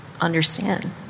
understand